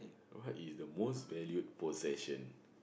what is your most valued possession